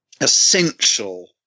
essential